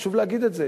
חשוב להגיד את זה.